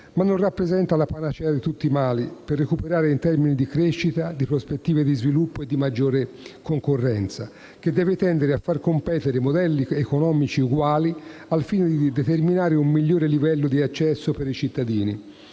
non rappresenta la panacea di tutti i mali, per recuperare in termini di crescita, di prospettive di sviluppo e di maggiore concorrenza, che deve tendere a far competere modelli economici uguali, al fine di determinare un migliore livello di accesso per i cittadini